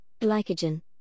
glycogen